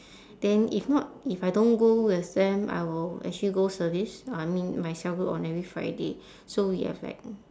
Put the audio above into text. then if not if I don't go with them I will actually go service I mean my cell group on every friday so we have like